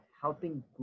helping